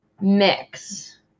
mix